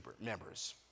members